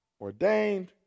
ordained